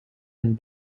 and